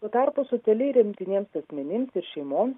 tuo tarpu socialiai remtiniems asmenims ir šeimoms